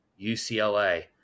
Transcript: UCLA